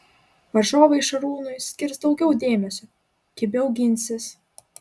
varžovai šarūnui skirs daugiau dėmesio kibiau ginsis